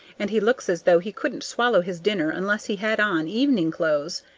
and he looks as though he couldn't swallow his dinner unless he had on evening clothes.